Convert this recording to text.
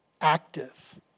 active